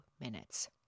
minutes